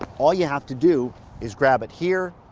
all you have to do is grab it here,